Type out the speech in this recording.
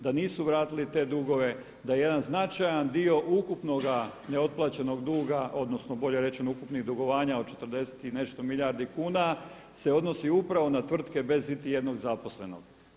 Da nisu vratili te dugove, da jedan značajan dio ukupnoga neotplaćenog duga odnosno bolje rečeno ukupnih dugovanja od 40 i nešto milijardi kuna se odnosi upravo na tvrtke bez i iti jednog zaposlenog.